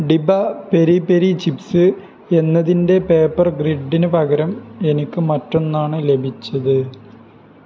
ഡിബ peri peri chips എന്നതിന്റെ paper ഗ്രിഡിന് പകരം എനിക്ക് മറ്റൊന്നാണ് ലഭിച്ചത്